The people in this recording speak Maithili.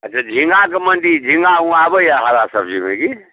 अच्छा झिङ्गा कऽ मंडी झिङ्गा ओ आबैए हरा सबजीमे की